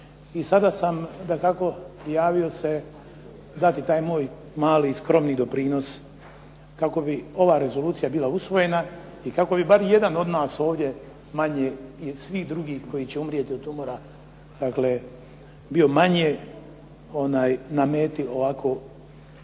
i sada sam dakako prijavio se dati taj moj mali, skromni doprinos kako bi ova rezolucija bila usvojena i kako bi bar jedan od nas ovdje manje i svih drugih koji će umrijeti od tumora dakle bio manje na meti ovako